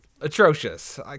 atrocious